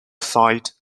site